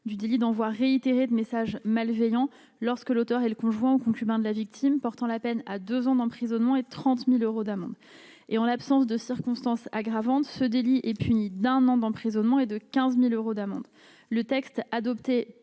du délit d'envoi réitéré de messages malveillants lorsque l'auteur est le conjoint ou concubin de la victime portant la peine à 2 ans d'emprisonnement et 30000 euros d'amende, et en l'absence de circonstances aggravantes, ce délit est puni d'un an d'emprisonnement et de 15000 euros d'amende le texte adopté